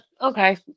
okay